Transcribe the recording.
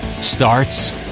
starts